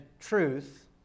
truth